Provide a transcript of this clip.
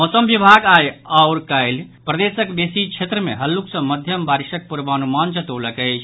मौसम विभाग आई आओर काल्हि प्रदेशक बेसी क्षेत्र मे हल्लुक सँ मध्यम बारिशक पूर्वानुमान जतौलक अछि